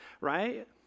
right